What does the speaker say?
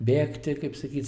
bėgti kaip sakyt